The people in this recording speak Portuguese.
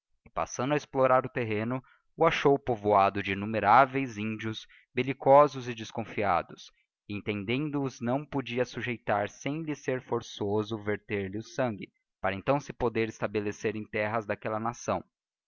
passando a explorar o terreno o achou povoado de innumeraveis índios bellicosos e desconfiados e entendendo não podia sujeitar sem lhe ser forçoso verter lhes o sangue para então se poder estabelecer em terras daquella nação